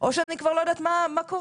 או שאני כבר לא יודעת מה קורה.